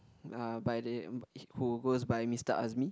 uh by the who goes by Mister Azmi